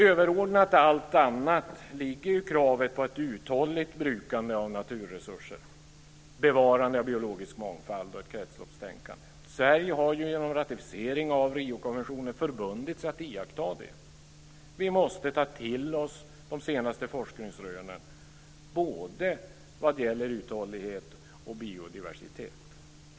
Överordnat allt annat finns kravet på ett uthålligt brukande av naturresurser, bevarandet av biologisk mångfald och ett kretsloppstänkande. Sverige har genom ratificeringen av Riokonventionen förbundit sig att iaktta dessa krav. Vi måste ta till oss de senaste forskningsrönen vad gäller både uthållighet och biodiversitet.